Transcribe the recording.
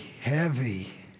heavy